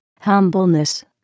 humbleness